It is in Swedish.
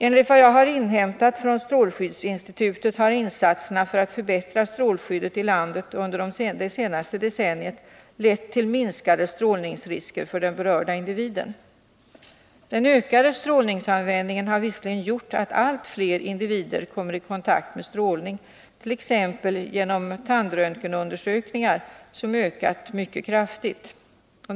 Enligt vad jag har inhämtat från strålskyddsinstitutet har insatserna för att förbättra strålskyddet i landet under det senaste decenniet lett till minskade strålningsrisker för den berörda individen. Den ökade strålningsanvändningen har visserligen gjort att allt fler individer kommer i kontakt med strålningen, t.ex. genom tandröntgenundersökningarna, som ökat mycket kraftigt.